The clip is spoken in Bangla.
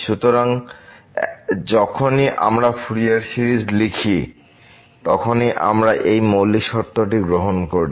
সুতরাং যখনই আমরা ফুরিয়ার সিরিজ লিখি তখনই আমরা এই মৌলিক শর্তটি গ্রহণ করি